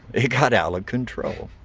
it got out of control.